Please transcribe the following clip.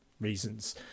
reasons